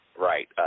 right